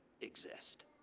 exist